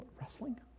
wrestling